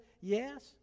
yes